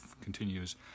continues